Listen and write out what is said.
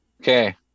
Okay